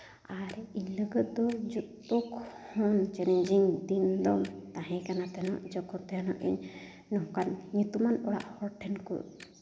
ᱟᱨ ᱤᱧ ᱞᱟᱹᱜᱤᱫ ᱫᱚ ᱡᱚᱛᱚ ᱠᱷᱚᱱ ᱪᱮᱞᱮᱧᱡᱤᱝ ᱫᱤᱱ ᱫᱚ ᱛᱟᱦᱮᱸ ᱠᱟᱱᱟ ᱛᱟᱦᱮᱱᱚᱜ ᱤᱧ ᱱᱚᱝᱠᱟᱱ ᱧᱩᱛᱩᱢᱟᱱ ᱚᱲᱟᱜ ᱦᱚᱲ ᱴᱷᱮᱱ ᱠᱚ